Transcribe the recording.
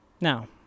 Now